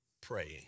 praying